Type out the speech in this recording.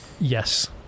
Yes